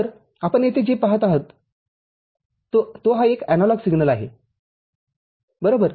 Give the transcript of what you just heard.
तरआपण येथे जे पहात आहात तो हा एक एनालॉग संकेत आहे बरोबर